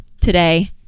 today